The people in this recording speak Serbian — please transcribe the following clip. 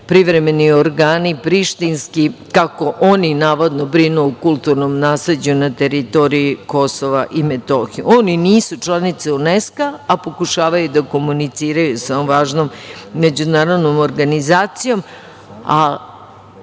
privremeni organi prištinski, kako oni navodno brinu o kulturnom nasleđu na teritoriji KiM.Oni nisu članice UNESKA, a pokušavaju da komuniciraju sa ovom važnom međunarodnom organizacijom.